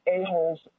a-holes